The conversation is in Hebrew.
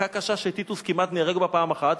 מכה קשה שטיטוס כמעט נהרג בה פעם אחת,